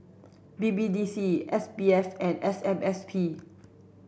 B B D C S P F and S M S P